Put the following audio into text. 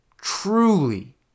truly